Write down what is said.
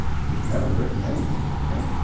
he had never written anything for print,